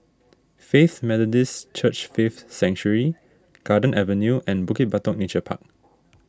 Faith Methodist Church Faith Sanctuary Garden Avenue and Bukit Batok Nature Park